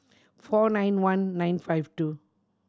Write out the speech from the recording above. four nine one nine five two